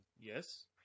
Yes